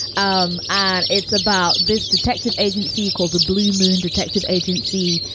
um and it's about this detective agency called the blue moon detective agency.